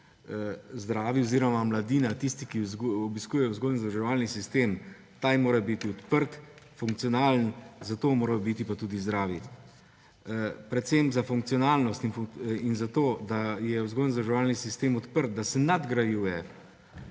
zdravi oziroma mladina, tisti ki obiskujejo vzgojno-izobraževalni sistem. Ta jim mora biti odprt, funkcionalen, zato morajo biti pa tudi zdravi. Predvsem za funkcionalnost in za to, da je vzgojno-izobraževalni sistem odprt, da se nadgrajuje,